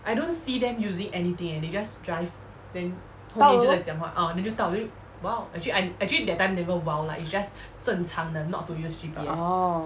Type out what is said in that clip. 到了 lor orh